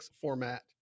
Format